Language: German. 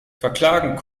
verklagen